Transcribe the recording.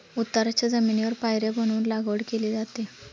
उताराच्या जमिनीवर पायऱ्या बनवून लागवड केली जाते